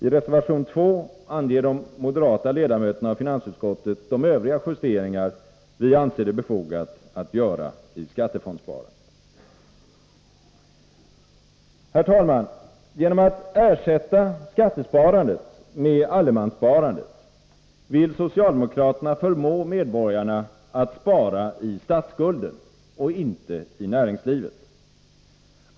I reservation 2 anger de moderata ledamöterna av finansutskottet de övriga justeringar vi anser det befogat att göra i skattefondssparandet. Herr talman! Genom att ersätta skattesparandet med allemanssparandet vill socialdemokraterna förmå medborgarna att spara i statsskulden och inte i näringslivet.